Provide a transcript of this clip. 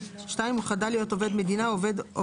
(2) הוא חדל להיות עובד מדינה או עובד או